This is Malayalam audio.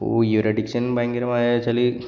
ഇപ്പോൾ ഈ ഒരു അഡിക്ഷന് ഭയങ്കരമായാച്ചാൽ